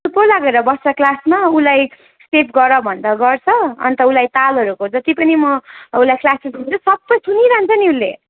चुप लागेर बस्छ क्लासमा उसलाई स्टेप गर भन्दा गर्छ अन्त उसलाई तालहरूको जति पनि म उसलाई क्लासेसहरू दिन्छु सबै सुनिरहन्छ नि उसले